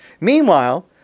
Meanwhile